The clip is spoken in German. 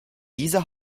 dieser